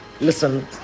listen